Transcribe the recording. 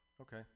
Okay